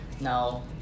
now